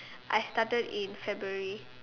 I started in February